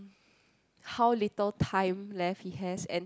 how little time left he has and